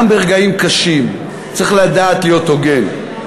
גם ברגעים קשים צריך לדעת להיות הוגן.